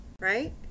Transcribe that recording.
right